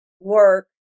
work